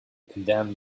condemned